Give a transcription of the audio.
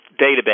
database